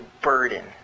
burden